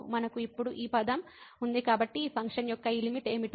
మనకు ఇప్పుడు ఈ పదం ఉంది కాబట్టి ఈ ఫంక్షన్ యొక్క ఈ లిమిట్ ఏమిటో మనం చూడాలి